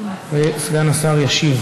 אז באחרונה שבה